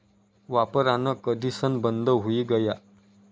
वापरान कधीसन बंद हुई गया